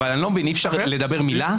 אבל אני לא מבין, אי אפשר לדבר מילה?